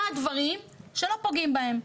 מה הדברים שלא פוגעים בהם.